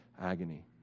agony